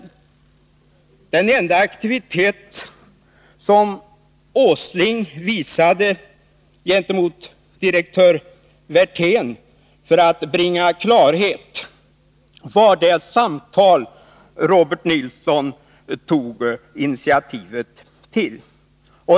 Nils Åslings enda aktivitet när det gäller direktör Werthén för att bringa klarhet i frågan består i det samtal som Robert Nilsson tog initiativ till.